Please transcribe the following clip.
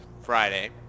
Friday